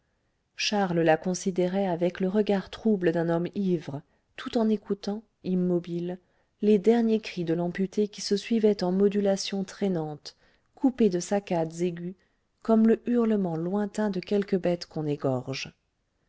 charles la considérait avec le regard trouble d'un homme ivre tout en écoutant immobile les derniers cris de l'amputé qui se suivaient en modulations traînantes coupées de saccades aiguës comme le hurlement lointain de quelque bête qu'on égorge